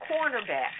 cornerback